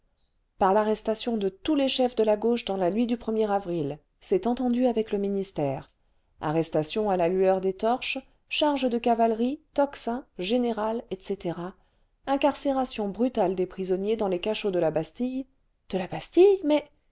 par l'arrestation de tons les chefs de la gauche dans la nuit du er avril c'est entendu avec le ministère arrestation à la lueur des torches charges de cavalerie tocsin générale etc incarcération brutale des prisonniers dans les cachots de la bastille de la bastille mais